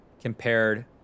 compared